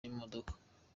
y’imodoka